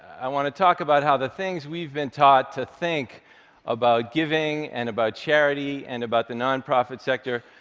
i want to talk about how the things we've been taught to think about giving and about charity and about the nonprofit sector,